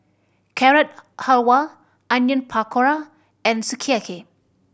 Carrot Halwa Onion Pakora and Sukiyaki